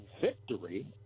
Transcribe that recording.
victory –